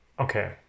Okay